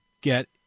get